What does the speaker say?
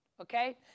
Okay